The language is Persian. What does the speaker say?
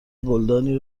گلدانی